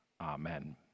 amen